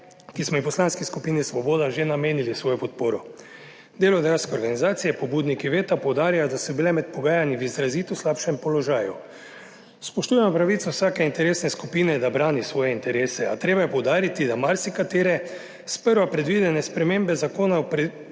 ki smo ji v Poslanski skupini Svoboda že namenili svojo podporo. Delodajalske organizacije, pobudniki veta, poudarjajo, da so bile med pogajanji v izrazito slabšem položaju. Spoštujemo pravico vsake interesne skupine, da brani svoje interese, a treba je poudariti, da marsikatere sprva predvidene spremembe zakona